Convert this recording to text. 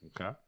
Okay